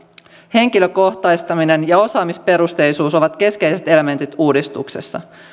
henkilökohtaistaminen ja osaamisperusteisuus ovat keskeiset elementit uudistuksessa